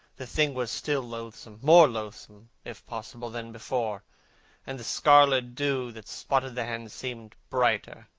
the thing was still loathsome more loathsome, if possible, than before and the scarlet dew that spotted the hand seemed brighter,